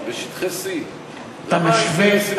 בשטחי C. למה האינטרסים שלהם שונים?